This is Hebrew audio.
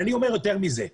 אני אומר יותר מזה.